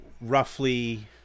roughly